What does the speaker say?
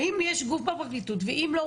האם יש גוף בפרקליטות ואם לא,